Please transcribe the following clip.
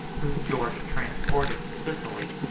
whom george transported to sicily,